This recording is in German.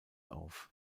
auf